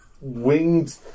winged